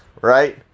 right